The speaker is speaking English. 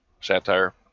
satire